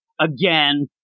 again